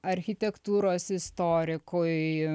architektūros istorikui